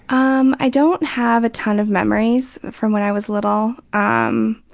um i don't have a ton of memories from when i was little. ah um